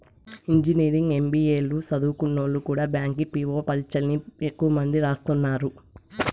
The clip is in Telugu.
ఇంజనీరింగ్, ఎం.బి.ఏ లు సదుంకున్నోల్లు కూడా బ్యాంకి పీ.వో పరీచ్చల్ని ఎక్కువ మంది రాస్తున్నారు